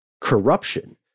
corruption